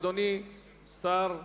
אדוני שר התעשייה,